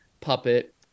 puppet